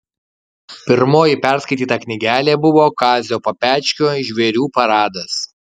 pirmoji perskaityta knygelė buvo kazio papečkio žvėrių paradas